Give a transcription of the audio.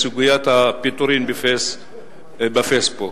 סוגיית הפיטורים ב"פייסבוק".